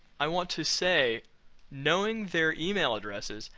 i want to say knowing their email addresses,